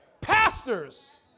pastors